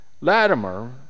latimer